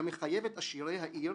אישי.